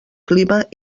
clima